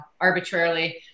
arbitrarily